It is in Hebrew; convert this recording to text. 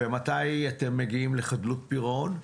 ומתי אתם מגיעים לחדלות פירעון?